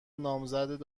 نامزد